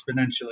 exponentially